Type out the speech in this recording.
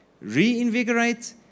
reinvigorate